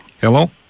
Hello